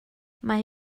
mae